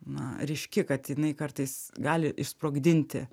na ryški kad jinai kartais gali išsprogdinti